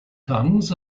tongues